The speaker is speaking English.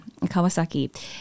Kawasaki